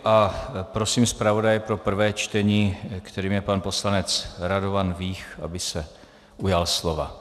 A prosím zpravodaje pro prvé čtení, kterým je pan poslanec Radovan Vích, aby se ujal slova.